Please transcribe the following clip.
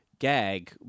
gag